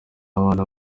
abantu